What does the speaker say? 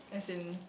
as in